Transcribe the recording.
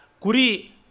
Kuri